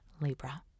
Libra